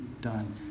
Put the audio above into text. done